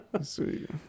Sweet